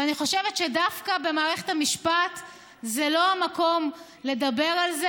אני חושבת שדווקא מערכת המשפט זה לא המקום לדבר על זה.